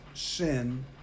Sin